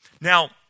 Now